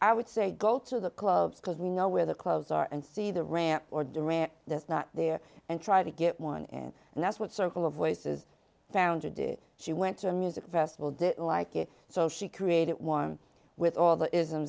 i would say go to the club because we know where the clothes are and see the ramp or duran that's not there and try to get one in and that's what circle of voices founder did she went to music festival didn't like it so she created one with all the is